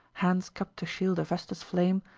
hands cupped to shield a vesta's flame,